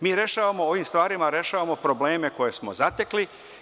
Mi ovim stvarima rešavamo probleme koje smo zatekli.